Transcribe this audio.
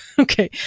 Okay